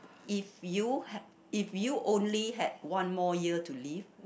if you if you only had one more year to live